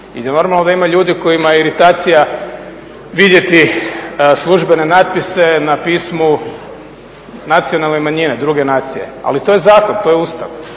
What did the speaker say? je normalno da ima ljudi kojima je iritacija vidjeti službene natpise na pismu nacionalne manjine druge nacije, ali to je zakon, to je Ustav.